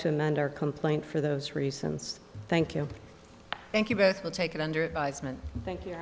to amend our complaint for those reasons thank you thank you both will take it under advisement thank you